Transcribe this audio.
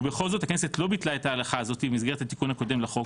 ובכל זאת הכנסת לא ביטלה את ההלכה הזאת במסגרת התיקון הקודם לחוק